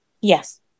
Yes